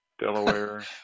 Delaware